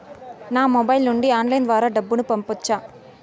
నా మొబైల్ నుండి ఆన్లైన్ ద్వారా డబ్బును పంపొచ్చా